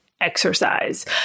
exercise